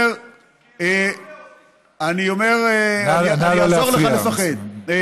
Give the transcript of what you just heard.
אני אומר, אני אעזור לך לפחד.